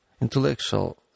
intellectual